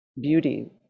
beauty